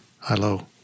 hello